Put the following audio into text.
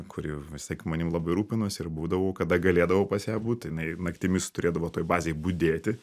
kuri visąlaik manim labai rūpinosi ir būdavau kada galėdavau pas ją būt jinai naktimis turėdavo toj bazėj budėti